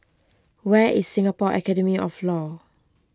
where is Singapore Academy of Law